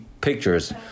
pictures